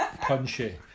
Punchy